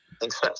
Thanks